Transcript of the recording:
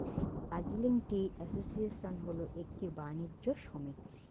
Darjeeling tea association হল একটি বাণিজ্য সমিতি